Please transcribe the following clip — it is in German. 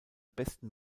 besten